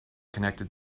connected